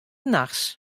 nachts